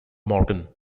morgan